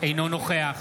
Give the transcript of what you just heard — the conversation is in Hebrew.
אינו נוכח